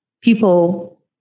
people